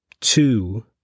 Two